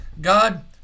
God